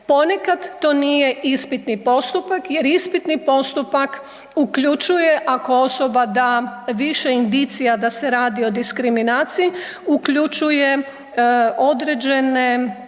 Ponekad to nije ispitni postupak jer ispitni postupak uključuje ako osoba da više indicija da se radi o diskriminaciji uključuje određene